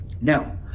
Now